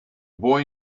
boy